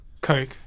Coke